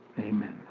amen